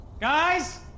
Guys